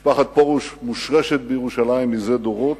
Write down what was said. משפחת פרוש מושרשת בירושלים זה דורות.